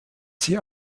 sie